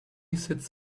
sits